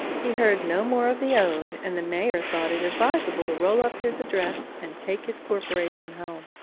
he heard no more of the ode, and the mayor thought it advisable to roll up his address and take his corporation home.